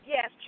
Yes